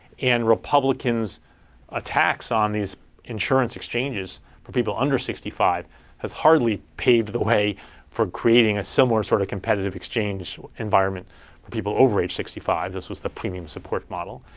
and republicans' attacks on these insurance exchanges for people under sixty five have hardly paved the way for creating a similar sort of competitive exchange environment for people over age sixty five. this was the premium support model.